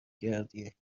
کردی